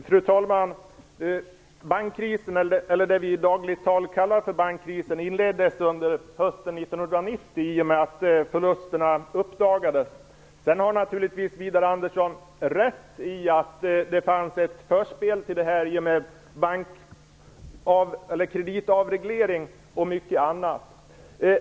Fru talman! Det vi i dagligt tal kallar för bankkrisen inleddes under hösten 1990 i och med att förlusterna uppdagades. Sedan har Widar Andersson naturligtvis rätt i att det fanns ett förspel till det här i och med kreditavregleringen och mycket annat.